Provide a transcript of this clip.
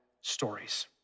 stories